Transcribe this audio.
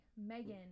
Megan